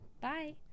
Bye